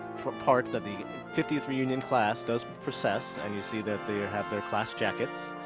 part that the fiftieth reunion class does process, and you see that they have their class jackets,